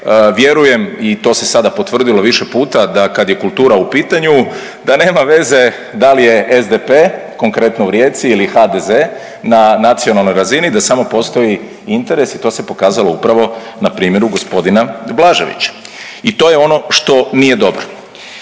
vjerujem i to se sada potvrdilo više puta da kad je kultura u pitanju da nema veze dal je SDP konkretno u Rijeci ili HDZ na nacionalnoj razini da samo postoji interes i to se pokazalo upravo na primjeru gospodina Blaževića i to je ono što nije dobro.